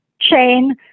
chain